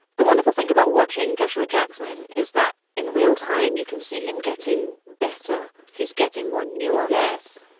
the wonderful thing about watching joshua jackson is that in real time, you can see him getting better he's getting more new. and, yes,